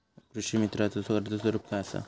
कृषीमित्राच कर्ज स्वरूप काय असा?